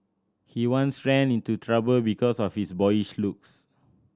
he once ran into trouble because of his boyish looks